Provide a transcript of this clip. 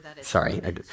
sorry